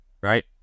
right